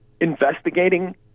investigating